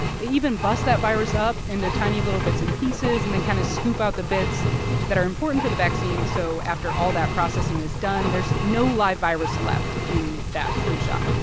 they even bust that virus up into tiny little bits and pieces and then kind of scoop out the bits that are important for the vaccine. so after all that processing is done, there's no live virus left in that flu shot.